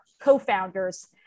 co-founders